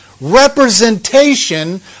representation